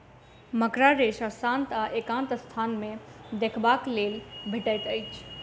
मकड़ा रेशा शांत आ एकांत स्थान मे देखबाक लेल भेटैत अछि